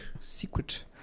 secret